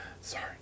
Sorry